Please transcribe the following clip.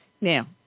Now